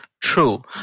True